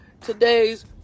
today's